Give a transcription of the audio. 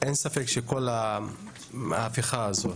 אין ספק שכל ההפיכה הזאת,